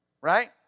Right